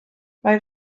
mae